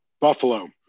Buffalo